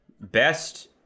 best